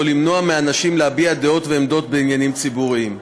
למנוע מאנשים להביע דעות ועמדות בעניינים ציבוריים,